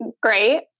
great